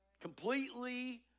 completely